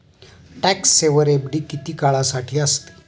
Tax saver FD किती काळासाठी असते?